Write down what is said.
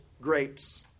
grapes